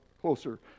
closer